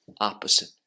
opposite